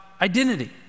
identity